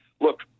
look